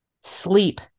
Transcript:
Sleep